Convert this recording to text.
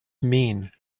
mean